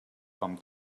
com